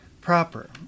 proper